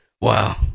Wow